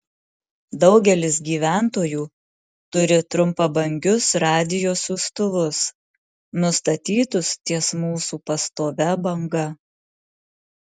daugelis gyventojų turi trumpabangius radijo siųstuvus nustatytus ties mūsų pastovia banga